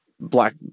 Black